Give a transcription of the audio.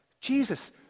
Jesus